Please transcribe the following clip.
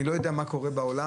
אני לא יודע מה קורה בעולם.